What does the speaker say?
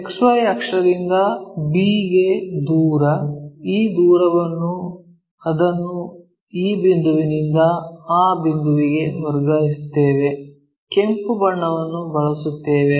XY ಅಕ್ಷದಿಂದ b ಗೆ ದೂರ ಈ ದೂರವನ್ನು ಅದನ್ನು ಈ ಬಿಂದುವಿನಿಂದ ಆ ಬಿಂದುವಿಗೆ ವರ್ಗಾಯಿಸುತ್ತೇವೆ ಕೆಂಪು ಬಣ್ಣವನ್ನು ಬಳಸುತ್ತೇವೆ